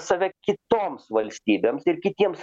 save kitoms valstybėms ir kitiems